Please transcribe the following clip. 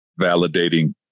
validating